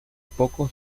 poco